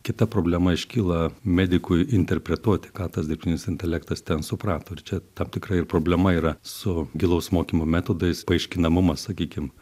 kita problema iškyla medikui interpretuoti ką tas dirbtinis intelektas ten suprato ir čia tam tikra ir problema yra su gilaus mokymo metodais paaiškinamumas sakykim